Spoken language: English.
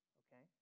okay